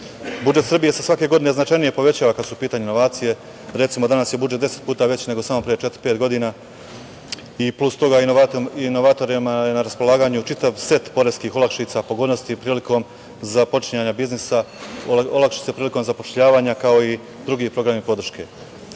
Srbije se svake godine značajnije povećava kada su u pitanju inovacije. Recimo, danas je budžet 10 puta veći nego samo pre četiri, pet godina, i plus inovatorima je na raspolaganju čitav set poreskih olakšica, pogodnosti prilikom započinjanja biznisa, olakšice prilikom zapošljavanja, kao i drugi programi podrške. Već